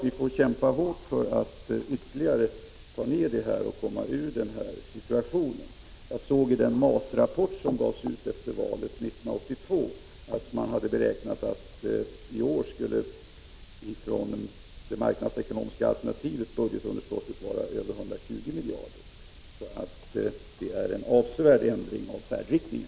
Vi får kämpa hårt för att ytterligare få ner statsskulden och komma ur den här situationen. Jag såg i den MAS-rapport som gavs ut efter valet 1982, att man hade beräknat att det marknadsekonomiska alternativet för i år skulle ha inneburit ett budgetunderskott på över 120 miljarder. Så det är en avsevärd ändring i färdriktningen.